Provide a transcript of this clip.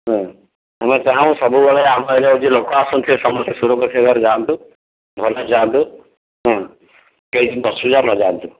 ହଁ ଆମେ ଚାହୁଁ ସବୁବେଳେ ଆମ ଏରିୟାକୁ ଯେ ଲୋକ ଆସନ୍ତୁ ସେ ସମସ୍ତେ ସୁରକ୍ଷିତ ଭାବରେ ଯାଆନ୍ତୁ ଭଲରେ ଯାଆନ୍ତୁ ହଁ କେହି ଯେମିତି ଅସୁବିଧାରେ ନ ଯାଆନ୍ତୁ